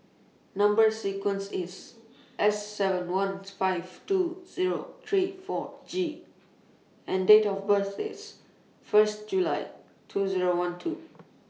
Number sequence IS S seven one five two Zero three four G and Date of birth IS firs July two Zero one two